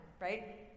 right